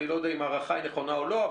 ואני לא יודע אם ההערכה היא נכונה או לא,